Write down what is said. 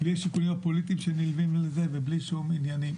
בלי השיקולים הפוליטיים שנלווים לזה ובלי שום עניינים.